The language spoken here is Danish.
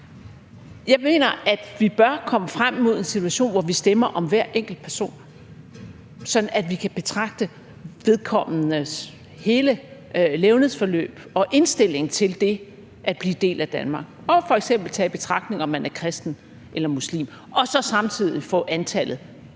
Jeg mener, at vi bør komme frem mod en situation, hvor vi stemmer om hver enkelt person, sådan at vi kan betragte vedkommendes hele levnedsforløb og indstilling til det at blive en del af Danmark og f.eks. tage i betragtning, om man er kristen eller muslim, og så samtidig få antallet